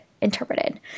interpreted